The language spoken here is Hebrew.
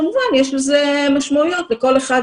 כמובן שיש משמעויות לכל אחת